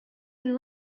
been